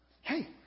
Hey